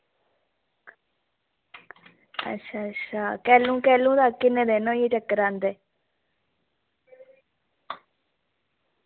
अच्छा अच्छा कैलूं कैलूं दा किन्ने दिन होइये चक्कर आंदे